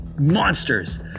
monsters